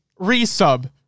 resub